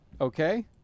okay